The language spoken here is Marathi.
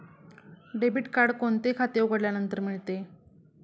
डेबिट कार्ड कोणते खाते उघडल्यानंतर मिळते?